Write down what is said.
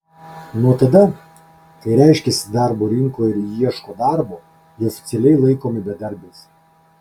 nuo tada kai reiškiasi darbo rinkoje ir ieško darbo jie oficialiai laikomi bedarbiais